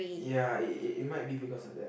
ya it it it might be because of that